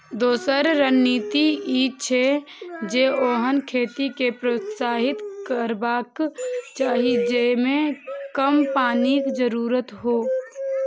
दोसर रणनीति ई छै, जे ओहन खेती कें प्रोत्साहित करबाक चाही जेइमे कम पानिक जरूरत हो